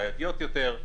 בעייתיות יותר.